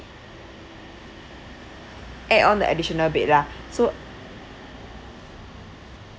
add on an additional bed lah so